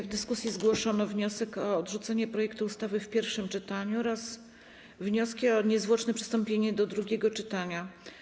W dyskusji zgłoszono wniosek o odrzucenie projektu ustawy w pierwszym czytaniu oraz wnioski o niezwłoczne przystąpienie do drugiego czytania.